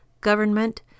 government